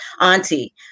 auntie